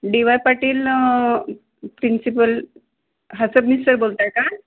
डि Y Patil principal हां Sabnis sir बोलताय का